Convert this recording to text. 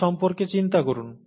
এটি সম্পর্কে চিন্তা করুন